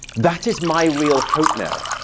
that is my real hope now.